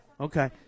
Okay